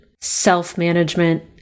self-management